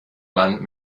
man